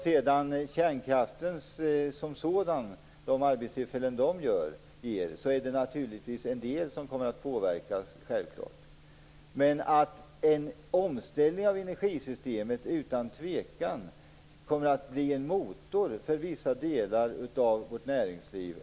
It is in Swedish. Självklart kommer en del arbetstillfällen som kärnkraften som sådan ger att påverkas. Men en omställning av energisystemet kommer utan tvekan att bli en motor för vissa delar av vårt näringsliv.